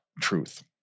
truth